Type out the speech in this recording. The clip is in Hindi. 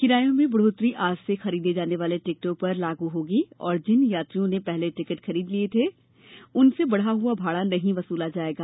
किरायों में बढ़ोत्तरी आज से खरीदे जाने वाले टिकटों पर लागू होगी और जिन यात्रियों ने पहले टिकट खरीद लिए थे उनसे बढ़ा हुआ भाड़ा नहीं वसूला जाएगा